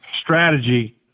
strategy